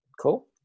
Cool